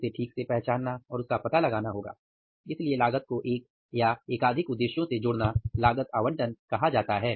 उसे ठीक से पहचानना और उसका पता लगाना होगा इसलिए लागत को एक या एकाधिक उद्देश्यों से जोड़ना लागत आवंटन कहा जाता है